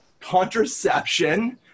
contraception